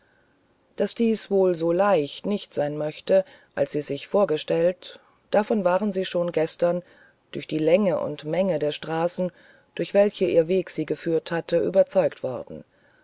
daß dies wohl so leicht nicht sein möchte als sie es sich vorgestellt davon waren sie schon gestern durch die länge und menge der straßen durch welche ihr weg sie geführt hatte überzeugt worden